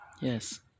Yes